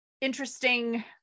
interesting